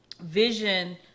vision